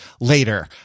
later